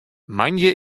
moandei